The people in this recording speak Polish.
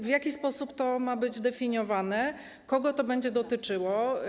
W jaki sposób to ma być definiowane i kogo to będzie dotyczyło?